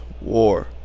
war